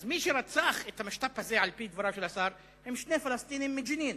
אז מי שרצח את המשת"פ הזה על-פי דבריו של השר הם שני פלסטינים מג'נין.